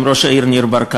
עם ראש העיר ברקת.